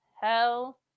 Hell